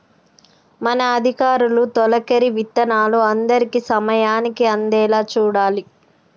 మన అధికారులు తొలకరి విత్తనాలు అందరికీ సమయానికి అందేలా చూడాలి